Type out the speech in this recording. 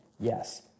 Yes